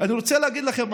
אני רוצה להגיד לכם,